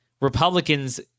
Republicans